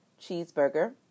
cheeseburger